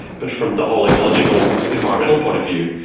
but from the whole ecological, environmental point of view,